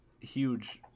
huge